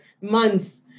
months